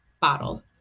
bottle